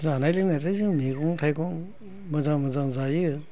जानाय लोंनायालाय जों मैगं थाइगं मोजां मोजां जायो